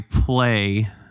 play